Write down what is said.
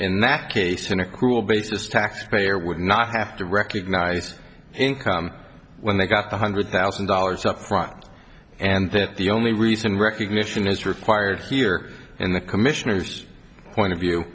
in that case an accrual basis taxpayer would not have to recognize income when they got one hundred thousand dollars up front and that the only reason recognition is required here in the commissioner's point of view